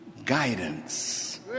Guidance